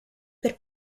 per